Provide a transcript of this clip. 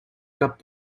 cap